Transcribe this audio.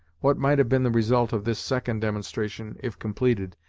what might have been the result of this second demonstration if completed,